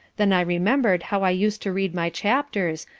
then i remembered how i used to read my chapters,